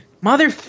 Mother